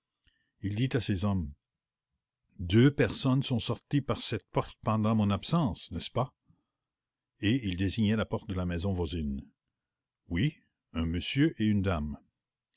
il dit à ces hommes deux personnes sont sorties par cette porte pendant mon absence n'est-ce pas et il désignait la porte de la maison voisine oui un monsieur et une dame